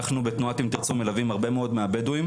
אנחנו בתנועת "אם תרצו" מלווים הרבה מאוד מהבדואים,